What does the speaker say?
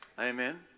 Amen